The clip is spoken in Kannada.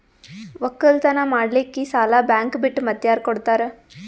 ಒಕ್ಕಲತನ ಮಾಡಲಿಕ್ಕಿ ಸಾಲಾ ಬ್ಯಾಂಕ ಬಿಟ್ಟ ಮಾತ್ಯಾರ ಕೊಡತಾರ?